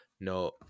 no